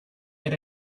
yet